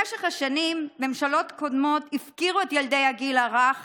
במשך השנים ממשלות קודמות הפקירו את ילדי הגיל הרך